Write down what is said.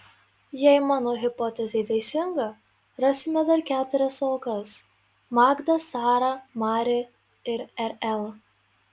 jei mano hipotezė teisinga rasime dar keturias aukas magdą sarą mari ir rl